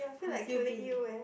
I feel like killing you eh